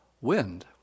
wind